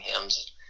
hymns